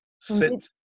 Sit